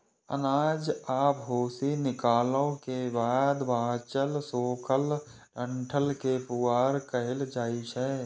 अनाज आ भूसी निकालै के बाद बांचल सूखल डंठल कें पुआर कहल जाइ छै